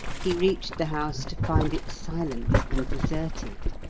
he reached the house to find it silent and deserted.